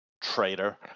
traitor